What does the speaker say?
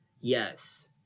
yes